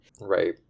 Right